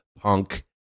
punk